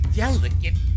delicate